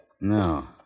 No